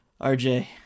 rj